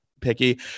picky